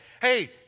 Hey